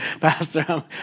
Pastor